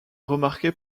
remarqué